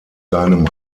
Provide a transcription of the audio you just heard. seinem